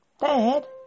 Dad